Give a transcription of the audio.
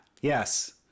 yes